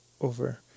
over